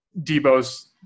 Debo's